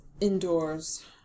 indoors